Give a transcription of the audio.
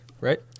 right